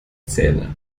zähne